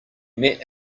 met